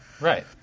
Right